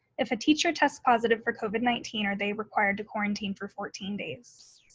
if a teacher tests positive for covid nineteen, are they required to quarantine for fourteen days?